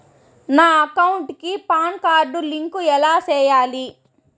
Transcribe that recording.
నా అకౌంట్ కి PAN card link ఎలా సేయాలి